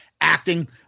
acting